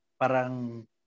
parang